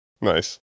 Nice